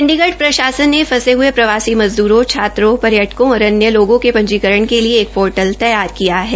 चण्डीगढ प्रशासन ने फंसे हुए प्रवासी मजदूरों छात्रों पर्यटकों और अन्य लोगों के पंजीकरण के लिए एक पोर्टल तैयार किया है